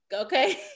okay